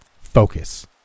Focus